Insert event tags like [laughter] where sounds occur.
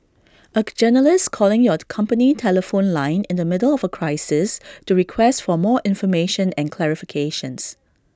A [noise] journalist calling your company telephone line in the middle of A crisis to request for more information and clarifications